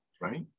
right